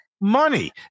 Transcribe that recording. money